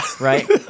right